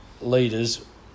leaders